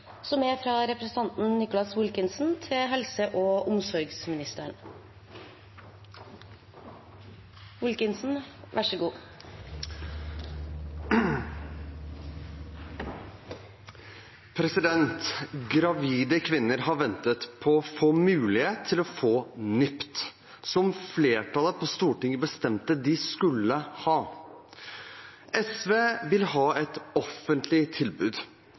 som de står overfor. Det kommer vi til å se resultater av. «Gravide kvinner har ventet på å få mulighet til å få NIPT, som flertallet på Stortinget bestemte de skulle ha. Sosialistisk Venstreparti vil ha et offentlig tilbud,